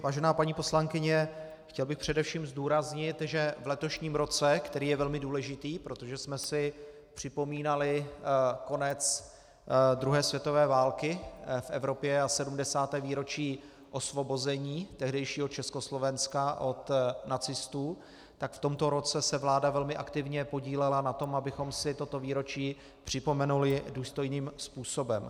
Vážená paní poslankyně, chtěl bych především zdůraznit, že v letošním roce, který je velmi důležitý, protože jsme si připomínali konec druhé světové války v Evropě a 70. výročí osvobození tehdejšího Československa od nacistů, tak v tomto roce se vláda velmi aktivně podílela na tom, abychom si toto výročí připomenuli důstojným způsobem.